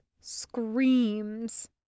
screams